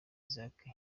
isaac